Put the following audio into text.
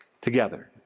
together